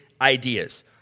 ideas